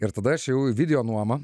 ir tada aš ėjau į video nuomą